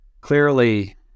clearly